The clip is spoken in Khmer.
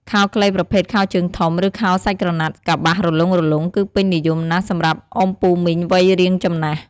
ខោខ្លីប្រភេទខោជើងធំ ឬខោសាច់ក្រណាត់កប្បាសរលុងៗ គឺពេញនិយមណាស់សម្រាប់អ៊ំពូមីងវ័យរាងចំណាស់។